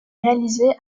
réalisée